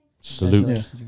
Salute